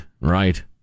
right